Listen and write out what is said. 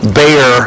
bear